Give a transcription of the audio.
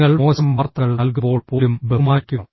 നിങ്ങൾ മോശം വാർത്തകൾ നൽകുമ്പോൾ പോലും ബഹുമാനിക്കുക